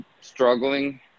struggling